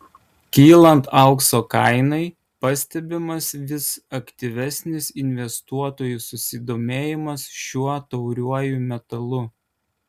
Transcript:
kylant aukso kainai pastebimas vis aktyvesnis investuotojų susidomėjimas šiuo tauriuoju metalu